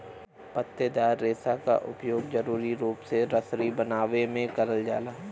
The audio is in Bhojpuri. पत्तेदार रेसा क उपयोग जरुरी रूप से रसरी बनावे में करल जाला